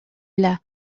pla